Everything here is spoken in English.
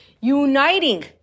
Uniting